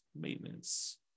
Maintenance